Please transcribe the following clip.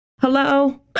hello